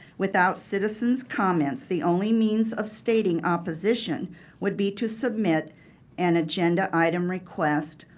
without citizens comments, the only means of stating opposition would be to submit an agenda item request,